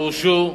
והם גורשו.